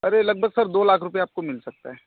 अरे लगभग सर दो लाख रुपया आपको मिल सकता है